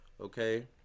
Okay